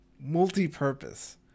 multi-purpose